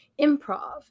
improv